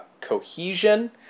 cohesion